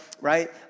right